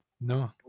No